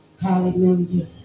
Hallelujah